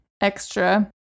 extra